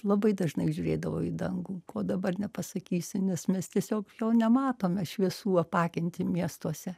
labai dažnai žiūrėdavo į dangų o dabar nepasakysi nes mes tiesiog jo nematome šviesų apakinti miestuose